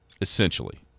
Essentially